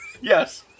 Yes